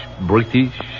British